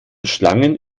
schlangen